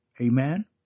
Amen